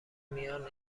میان